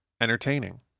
entertaining